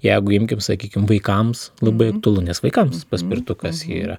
jeigu imkim sakykim vaikams labai aktualu nes vaikams paspirtukas yra